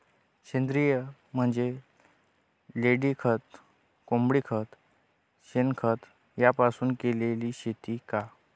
सेंद्रिय म्हणजे लेंडीखत, कोंबडीखत, शेणखत यापासून केलेली शेती का?